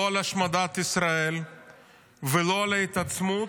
לא על השמדת ישראל ולא על ההתעצמות,